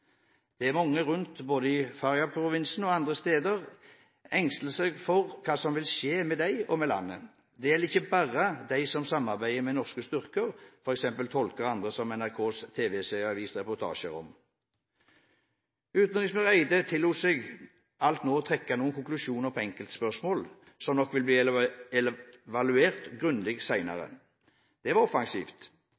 Det går mange rundt både i Faryab-provinsen og andre steder og engster seg for hva som vil skje med dem og med landet. Det gjelder ikke bare de som samarbeidet med norske styrker, f.eks. tolker og andre som NRKs tv-serie har vist reportasjer om. Utenriksminister Barth Eide tillot seg alt nå å trekke noen konklusjoner på enkelte spørsmål, som nok vil bli evaluert grundig